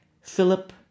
Philip